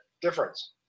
difference